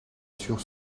sur